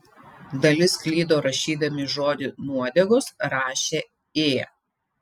dalis klydo rašydami žodį nuodegos rašė ė